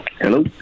Hello